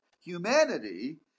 humanity